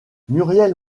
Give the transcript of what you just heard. muriel